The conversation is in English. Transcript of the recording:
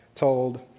told